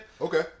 Okay